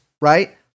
right